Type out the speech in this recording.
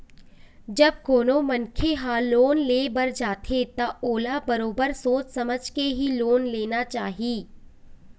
जब कोनो मनखे ह लोन ले बर जाथे त ओला बरोबर सोच समझ के ही लोन लेना चाही